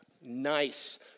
Nice